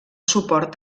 suport